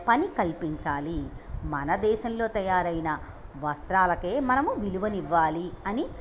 పని కల్పించాలి మన దేశంలో తయారైన వస్త్రాలకే మనము విలువనివ్వాలి అని